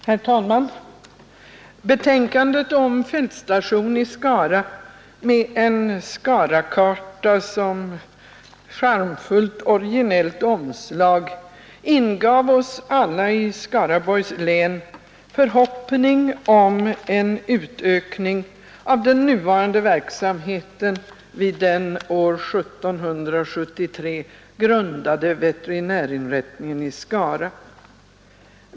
Herr talman! Betänkandet om fältstationen i Skara med en Skarakarta som charmfullt och originellt omslag ingav oss alla i Skaraborgs län förhoppningar om en utökning av den nuvarande verksamheten vid den år 1773 grundade veterinärinrättningen i Skara.